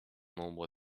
nombre